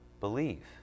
believe